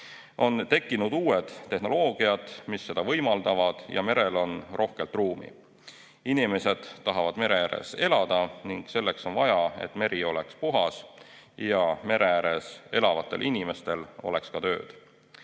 On tekkinud uued tehnoloogiad, mis seda võimaldavad, ja merel on rohkelt ruumi. Inimesed tahavad mere ääres elada ning selleks on vaja, et meri oleks puhas ja mere ääres elavatel inimestel oleks tööd.